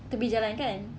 tepi jalan kan